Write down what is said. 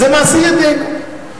אז זה מעשי ידינו.